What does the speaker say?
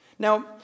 Now